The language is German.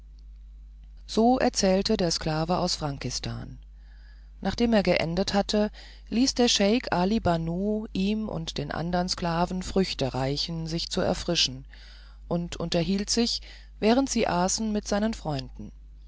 so erzählte der sklave aus frankistan nachdem er geendet hatte ließ der scheik ali banu ihm und den andern sklaven früchte reichen sich zu erfrischen und unterhielt sich während sie aßen mit seinen freunden